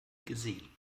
gesehen